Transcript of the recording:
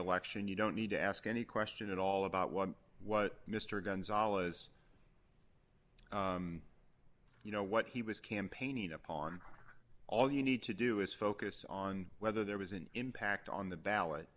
election you don't need to ask any question at all about what mister gonzalez you know what he was campaigning upon all you need to do is focus on whether there was an impact on the ballot